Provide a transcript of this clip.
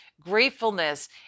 gratefulness